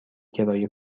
کرایه